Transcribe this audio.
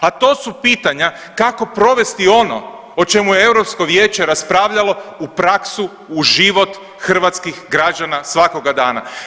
A to su pitanja kako provesti ono o čemu je Europsko vijeće raspravljalo u praksu, u život hrvatskih građana svakoga dana.